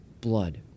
blood